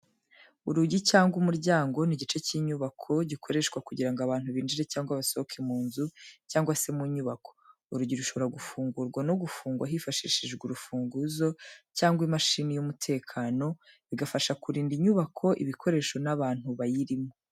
Urugi cyangwa umuryango ni igice cy'inyubako gikoreshwa kugira ngo abantu binjire cyangwa basohoke mu nzu cyangwa se mu nyubako. Urugi rushobora gufungurwa no gufungwa hifashishijwe urufunguzo cyangwa imashini y'umutekano, bigafasha kurinda inyubako, ibikoresho n'abantu bayirimo.